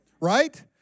right